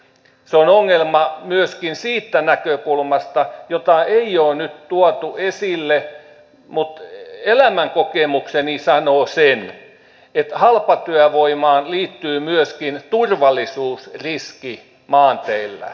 se on ongelma myöskin siitä näkökulmasta jota ei ole nyt tuotu esille mutta elämänkokemukseni sanoo sen että halpatyövoimaan liittyy myöskin turvallisuusriski maanteillä